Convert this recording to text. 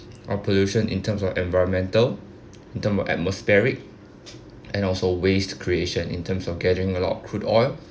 or pollution in terms of environmental the atmospheric and also waste creation in terms of getting a lot of crude oil